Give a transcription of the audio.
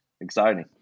exciting